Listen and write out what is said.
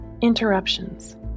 interruptions